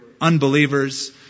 unbelievers